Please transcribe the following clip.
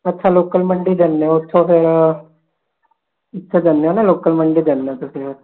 ਅੱਛਾ ਲੋਕਲ ਮੰਡੀ ਜਾਂਦੇ ਹੋ ਉੱਥੋਂ ਫਿਰ ਉੱਥੇ ਜਾਂਦੇ ਹੋ ਲੋਕਲ ਮੰਡੀ ਜਾਂਦੇ ਹੋ ਤੁਸੀਂ